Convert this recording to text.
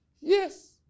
Yes